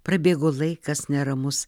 prabėgo laikas neramus